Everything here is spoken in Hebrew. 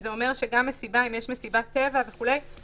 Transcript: אז זה אומר שגם אם יש מסיבת טבע וכולי